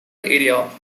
area